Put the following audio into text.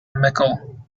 mickle